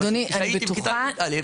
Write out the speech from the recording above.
אני הייתי בכיתה י"א,